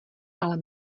ale